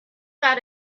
got